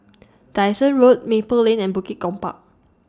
Dyson Road Maple Lane and Bukit Gombak